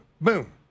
Boom